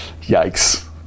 yikes